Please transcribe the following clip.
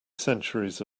centuries